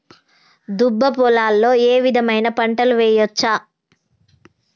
దుబ్బ పొలాల్లో ఏ విధమైన పంటలు వేయచ్చా?